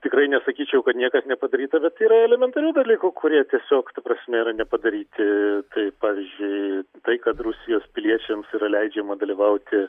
tikrai nesakyčiau kad niekas nepadaryta bet yra elementarių dalykų kurie tiesiog ta prasme yra nepadaryti pavyzdžiui tai kad rusijos piliečiams yra leidžiama dalyvauti